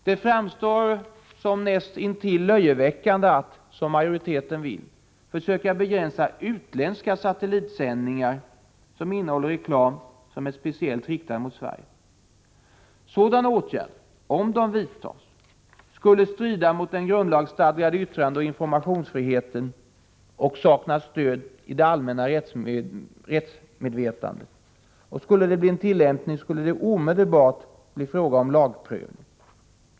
Det framstår också som näst intill löjeväckande att, som majoriteten vill, försöka begränsa utländska satellitsändningar som innehåller reklam som är speciellt riktad mot Sverige. Sådana åtgärder skulle, om de vidtogs, strida mot den grundlagsstadgade yttrandeoch informationsfriheten och sakna stöd i det allmänna rättsmedvetandet. Skulle de tillämpas, blev det omedelbart fråga om lagprövning.